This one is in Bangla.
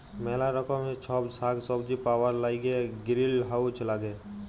ম্যালা রকমের ছব সাগ্ সবজি পাউয়ার ল্যাইগে গিরিলহাউজ ল্যাগে